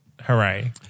Hooray